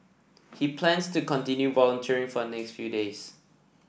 he plans to continue volunteering for the next few days